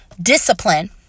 discipline